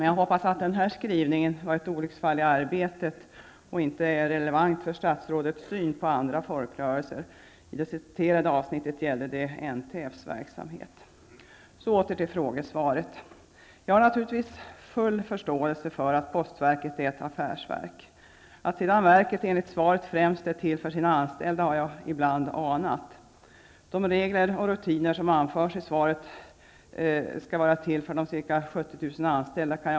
Jag hoppas att den här skrivningen var ett olycksfall i arbetet och inte är relevant för statsrådets syn på andra folkrörelser. Avsnittet gäller NTF:s verksamhet. Så åter till frågesvaret. Jag har naturligtvis full förståelse för att postverket är ett affärsverk. Att verket, enligt svaret, främst är till för sina anställda har jag ibland anat. Jag kan också förstå att de regler och rutiner som anförs i svaret är till för de ca 70 000 anställda.